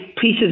Pieces